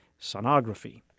sonography